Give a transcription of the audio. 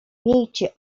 miejcie